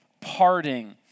parting